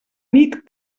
nit